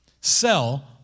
Sell